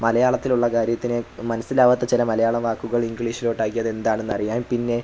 മലയാളത്തിലുള്ള കാര്യത്തിന് മനസ്സിലാവാത്ത ചില മലയാള വാക്കുകൾ ഇംഗ്ലീഷിലോട്ടാക്കി അതെന്താണെന്നറിയാൻ പിന്നെ